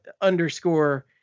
underscore